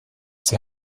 sie